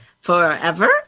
forever